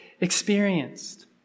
experienced